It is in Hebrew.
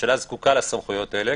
הממשלה זקוקה לסמכויות האלה,